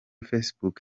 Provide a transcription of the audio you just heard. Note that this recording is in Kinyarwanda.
facebook